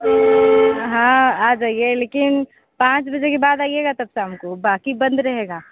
हाँ आ जाइए लेकिन पाँच बजे के बाद आइयेगा तब शाम को बाकी बंद रहेगा